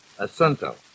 Assunto